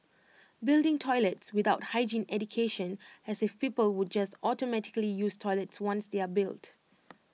building toilets without hygiene education as if people would just automatically use toilets once they're built